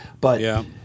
But-